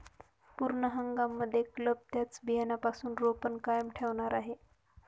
पूर्ण हंगाम मध्ये क्लब त्यांचं बियाण्यापासून रोपण कायम ठेवणार आहे